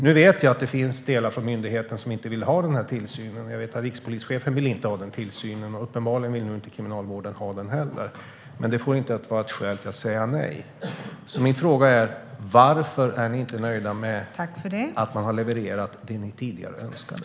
Jag vet att det finns delar inom myndigheter som inte vill ha denna tillsyn. Jag vet att rikspolischefen inte vill ha den, och uppenbarligen vill inte heller Kriminalvården ha den. Men det får inte vara ett skäl till att säga nej. Min fråga är: Varför är ni inte nöjda med att man har levererat det ni tidigare önskade?